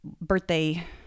birthday